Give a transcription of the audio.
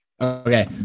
Okay